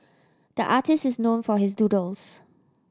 the artist is known for his doodles